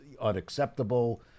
unacceptable